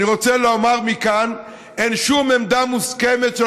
אני רוצה לומר מכאן: אין שום עמדה מוסכמת של